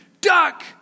duck